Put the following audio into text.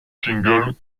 single